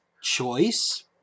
choice